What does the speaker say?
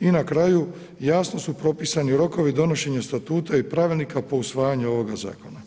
i na kraju jasno su propisani rokovi donošenja statuta i pravilnika po usvajanju ovoga zakona.